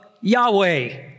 Yahweh